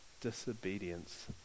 disobedience